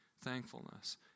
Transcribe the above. thankfulness